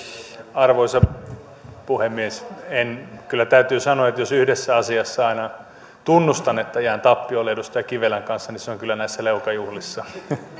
arvoisa puhemies kyllä täytyy sanoa että jos yhdessä asiassa aina tunnustan että jään tappiolle edustaja kivelän kanssa niin se on kyllä näissä leukajuhlissa